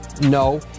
No